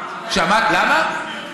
למה?